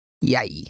Yay